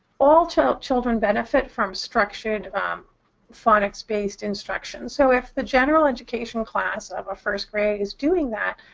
all children benefit from structured phonics-based instructions. so if the general education class of a first grade is doing that,